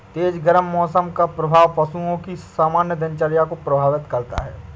तेज गर्म मौसम का प्रभाव पशुओं की सामान्य दिनचर्या को प्रभावित करता है